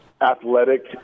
athletic